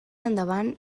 endavant